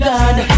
God